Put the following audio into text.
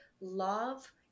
love